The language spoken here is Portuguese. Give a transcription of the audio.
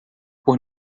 por